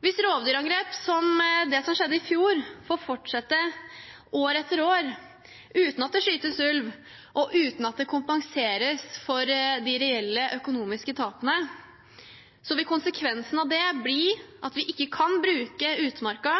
Hvis rovdyrangrep som det som skjedde i fjor, får fortsette år etter år uten at det skytes ulv, og uten at det kompenseres for de reelle økonomiske tapene, vil konsekvensen av det bli at vi ikke kan bruke utmarka,